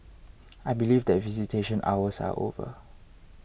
I believe that visitation hours are over